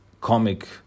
comic